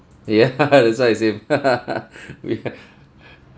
ya that's why I say ya